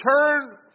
turn